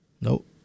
Nope